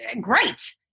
great